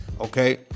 okay